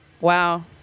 Wow